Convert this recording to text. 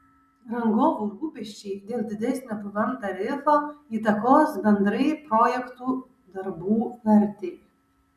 rangovų rūpesčiai dėl didesnio pvm tarifo įtakos bendrai projektų darbų vertei